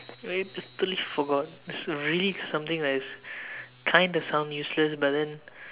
wait I totally forgot but really something that it's kind of sound useless but then